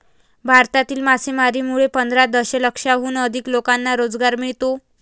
भारतातील मासेमारीमुळे पंधरा दशलक्षाहून अधिक लोकांना रोजगार मिळतो